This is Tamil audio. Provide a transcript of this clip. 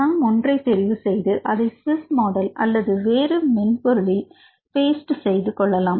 நாம் ஒன்றை தெரிவு செய்து அதை சுவிஸ் மாடல் அல்லது வேறு மென்பொருளில் பேஸ்ட் செய்து கொள்ளலாம்